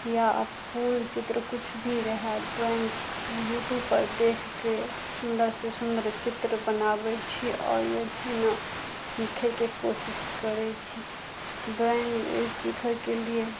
या फूल चित्र किछु भी रहै ड्रॉइंग यूट्यूब पर देखके सुन्दर से सुन्दर चित्र बनाबै छी आओर जे छै ने सीखैके कोशिश करै छी ड्रॉइंग सिखैके लिए